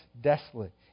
desolate